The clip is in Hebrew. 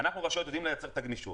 אנחנו הרשויות יודעים לייצר את הגמישות.